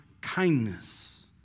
kindness